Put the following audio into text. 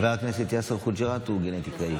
גם חבר הכנסת יאסר חוג'יראת הוא גנטיקאי.